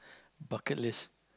bucket list